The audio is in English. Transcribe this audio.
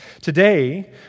Today